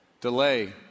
delay